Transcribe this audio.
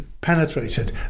penetrated